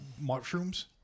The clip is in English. mushrooms